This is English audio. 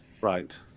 right